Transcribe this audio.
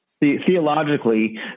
Theologically